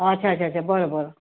अच्छा च्छा च्छा बरं बरं